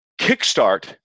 kickstart